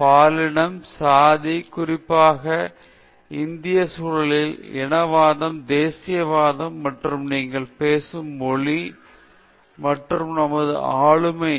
பாலினம் சாதி குறிப்பாக இந்திய சூழலில் இனவாதம் தேசியவாதம் மற்றும் நீங்கள் பேசும் மொழி மற்றும் நமது ஆளுமை